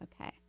Okay